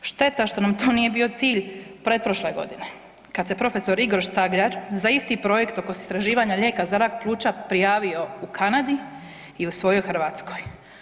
Šteta što nam to nije bio cilj pretprošle godine kad se profesor Igor Štagljar za isti projekt oko istraživanja lijeka za rak pluća prijavio u Kanadi i u svojoj Hrvatskoj.